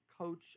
coach